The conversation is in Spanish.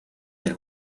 del